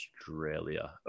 australia